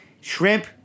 shrimp